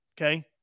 okay